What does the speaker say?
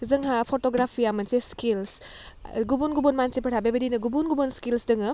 जोंहा फट'ग्राफिआ मोनसे स्किल्स गुबुन गुबुन मानसिफोरहा बेबायदिनो गुबुन गुबुन स्किल्स दोङो